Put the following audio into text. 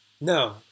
No